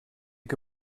que